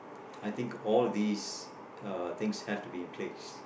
I think all these uh things have to be in place